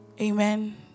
Amen